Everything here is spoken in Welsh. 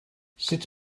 sut